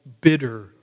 Bitter